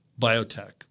biotech